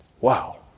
Wow